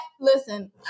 listen